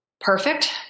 perfect